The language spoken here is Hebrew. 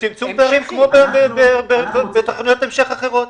וצמצום פערים כמו בתוכניות המשך אחרות.